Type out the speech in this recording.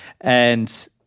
And-